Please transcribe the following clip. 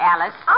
Alice